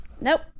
nope